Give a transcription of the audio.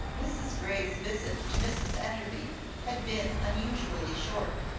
mrs grey's visit to mrs enderby had been unusually short,